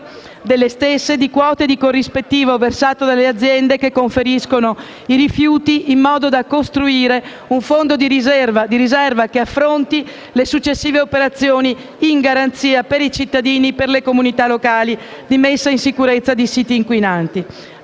degli stessi di quote del corrispettivo versato dalle aziende che conferiscono i rifiuti, in modo da costruire un fondo di riserva, che affronti le successive operazioni, in garanzia per i cittadini e le comunità locali, di messa in sicurezza dei siti inquinanti.